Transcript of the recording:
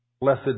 Blessed